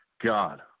god